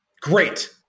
Great